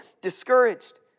discouraged